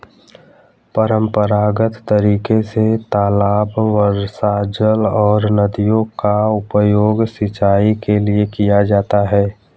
परम्परागत तरीके से तालाब, वर्षाजल और नदियों का उपयोग सिंचाई के लिए किया जाता है